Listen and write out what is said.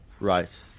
Right